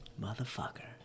Motherfucker